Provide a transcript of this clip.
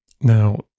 Now